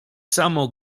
samo